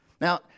Now